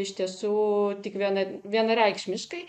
iš tiesų tik viena vienareikšmiškai